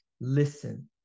Listen